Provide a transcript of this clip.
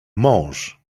mąż